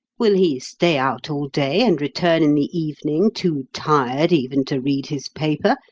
will he stay out all day, and return in the evening too tired even to read his paper?